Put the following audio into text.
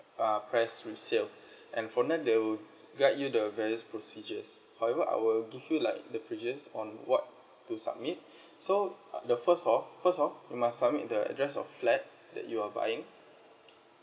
uh press resale and there they'll guide you the varies procedures however I will give you like the pages on what to submit so uh the first off first off you must submit the address of flat that you are buying